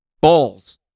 balls